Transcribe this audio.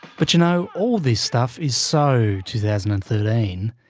but you know, all this stuff is so two thousand and thirteen.